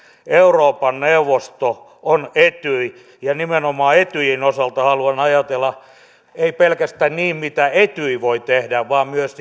euroopan neuvosto on etyj nimenomaan etyjin osalta haluan ajatella ei pelkästään mitä etyj voi tehdä vaan myös